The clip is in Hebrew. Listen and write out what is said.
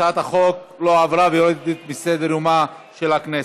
הצעת החוק לא התקבלה ויורדת מסדר-יומה של הכנסת.